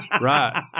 right